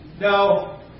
Now